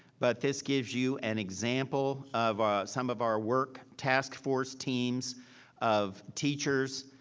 but this gives you an example of some of our work task force teams of teachers,